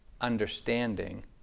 understanding